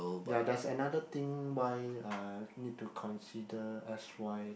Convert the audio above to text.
ya there's another thing why uh need to consider s_y like